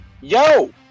Yo